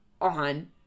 on